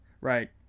Right